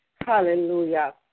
Hallelujah